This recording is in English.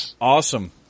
Awesome